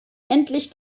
endlich